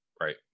right